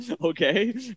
Okay